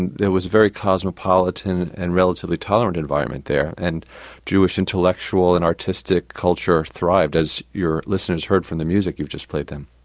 and there was a very cosmopolitan and relatively tolerant environment there, and jewish intellectual and artistic culture thrived, as your listeners heard from the music you've just played them.